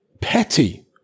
petty